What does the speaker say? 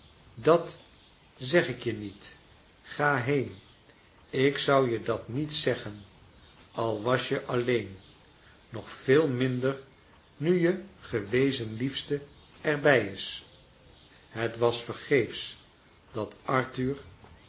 dat zeg ik je niet ga heen ik zou je dat niet zeggen al was je alleen nog veel minder nu je gewezen liefste er bij is het was vergeefs dat arthur